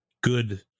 good